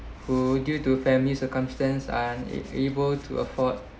who due to family circumstance unable to afford